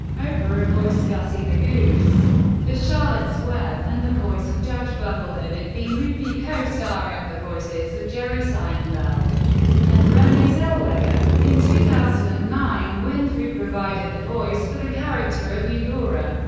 oprah voiced gussie the goose for charlotte's web and the voice of judge bumbleden in bee movie co-starring the voices of jerry seinfeld and renee zellweger. in two thousand and nine, winfrey provided the voice for the character of eudora,